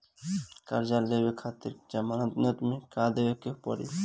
कर्जा लेवे खातिर जमानत मे का देवे के पड़ी?